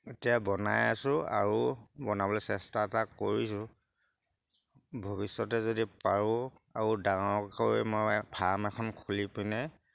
এতিয়া বনাই আছোঁ আৰু বনাবলৈ চেষ্টা এটা কৰিছোঁ ভৱিষ্যতে যদি পাৰোঁ আৰু ডাঙৰকৈ মই ফাৰ্ম এখন খুলি পিনে